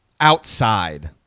outside